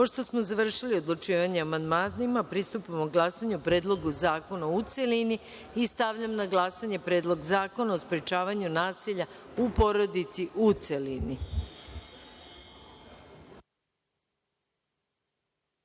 smo završili odlučivanje o amandmanima, pristupamo glasanju o Predlogu zakona u celini. Stavljam na glasanje Predlog zakona o sprečavanju nasilja u porodici, u